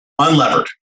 unlevered